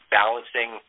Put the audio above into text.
balancing